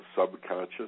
subconscious